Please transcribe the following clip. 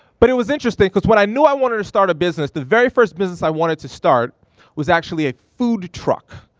but it was interesting cause when i knew i wanted to started a business, the very first business i wanted to start was actually a food truck.